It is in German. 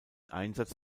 einsatz